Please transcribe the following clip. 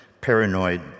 Paranoid